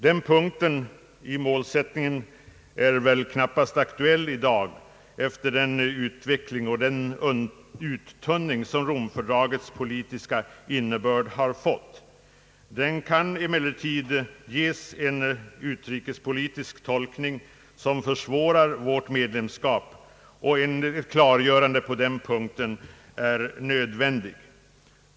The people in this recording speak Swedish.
Denna första punkt är väl knappast aktuell i dag, efter den utveckling och den uttunning som Rom-fördragets politiska innebörd har genomgått. Punkten kan emellertid ges en utrikespolitisk tolkning som försvårar vårt medlemskap. Ett klargörande är därför nödvändigt.